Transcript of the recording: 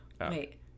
Wait